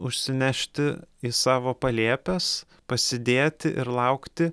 užsinešti į savo palėpes pasidėti ir laukti